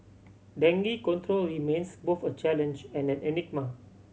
dengue control remains both a challenge and an enigma